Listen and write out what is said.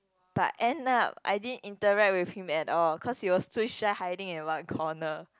but end up I didn't interact with him at all cause he was too shy hiding in one corner